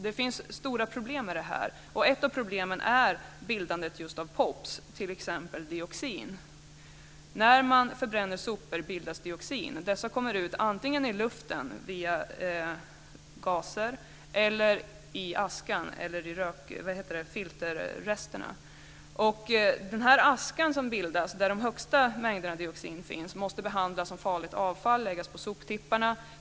Det finns stora problem med det här, och ett av problemen är bildandet just av POP, t.ex. dioxin. När man förbränner sopor bildas dioxiner. Dessa kommer antingen ut i luften, via gaser, eller i askan eller via filterresterna. Den aska som bildas, där de högsta mängderna dioxin finns, måste behandlas som farligt avfall och läggas på soptipparna.